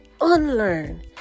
unlearn